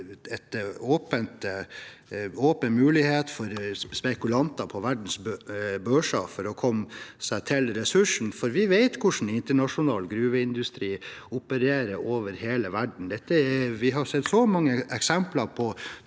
en åpen mulighet for spekulanter på verdens børser for å komme seg til ressursen, for vi vet hvordan internasjonal gruveindustri opererer over hele verden. Vi har sett så mange eksempler på